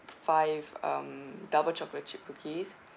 five um double chocolate chip cookies